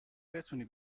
بتونی